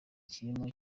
kirimo